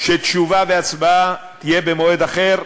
שתשובה והצבעה יהיו במועד אחר.